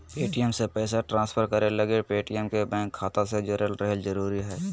Paytm से पैसा transfer करे लगी पेटीएम के बैंक खाता से जोड़े ल जरूरी हय